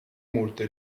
molte